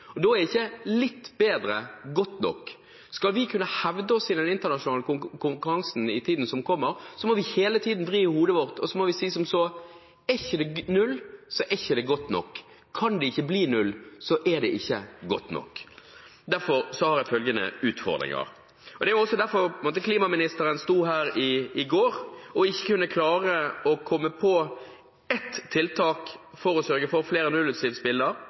Da er ikke litt bedre godt nok. Skal vi kunne hevde oss i den internasjonale konkurransen i tiden som kommer, må vi hele tiden vri hodet vårt og si som så: Er det ikke null, er det ikke godt nok. Kan det ikke bli null, er det ikke godt nok. Derfor har jeg noen utfordringer – og det er også fordi klimaministeren sto her i går og ikke klarte å komme på ett tiltak som regjeringen har fremmet for å sørge for flere nullutslippsbiler,